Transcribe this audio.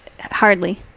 Hardly